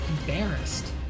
Embarrassed